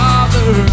Father